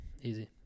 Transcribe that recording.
easy